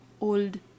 old